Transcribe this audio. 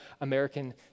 American